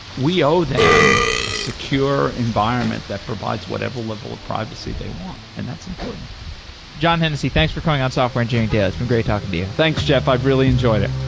we owe them a secure environment that provides whatever level of privacy they want and that's important john hennessy, thanks for coming on software engineering daily. it's been great talking to you thanks, jeff. i've really enjoyed it